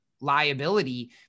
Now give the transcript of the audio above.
liability